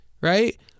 Right